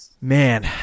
man